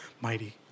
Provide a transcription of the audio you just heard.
mighty